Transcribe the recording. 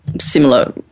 similar